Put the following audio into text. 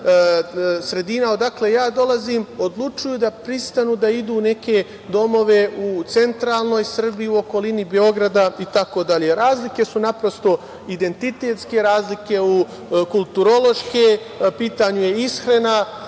sredina odakle ja dolazim odlučuju da pristanu da idu u neke domove u centralnoj Srbiji ili u okolini Beograda itd. Razlike su, naprosto, identitetske, kulturološke razlike, u pitanju je ishrana,